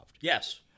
Yes